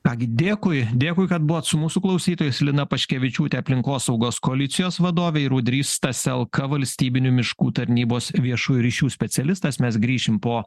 ką gi dėkui dėkui kad buvot su mūsų klausytojais lina paškevičiūtė aplinkosaugos koalicijos vadovė ir ūdrys staselka valstybinių miškų tarnybos viešųjų ryšių specialistas mes grįšim po